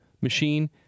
machine